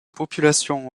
populations